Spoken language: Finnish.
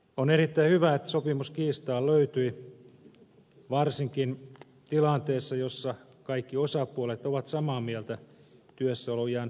on erittäin hyvä että sopimus kiistaan löytyi varsinkin tilanteessa jossa kaikki osapuolet ovat samaa mieltä työssäoloiän jatkamisesta